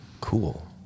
Cool